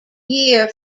year